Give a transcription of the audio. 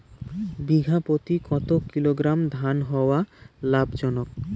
বিঘা প্রতি কতো কিলোগ্রাম ধান হওয়া লাভজনক?